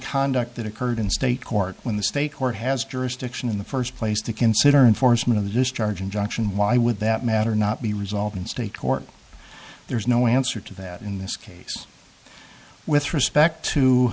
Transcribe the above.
conduct that occurred in state court when the state court has jurisdiction in the first place to consider enforcement of the discharge injunction why would that matter not be resolved in state court there is no answer to that in this case with respect to